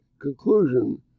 Conclusion